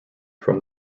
from